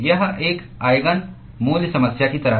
यह एक आईगन मूल्य समस्या की तरह है